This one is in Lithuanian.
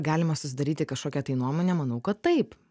galima susidaryti kažkokią tai nuomonę manau kad taip